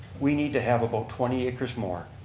we need to have about twenty acres more.